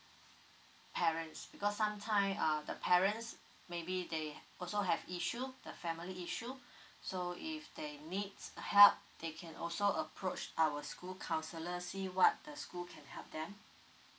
parents because sometimes um the parents maybe they also have issue the family issue so if they need help they can also approach our school counsellor see what the school can help them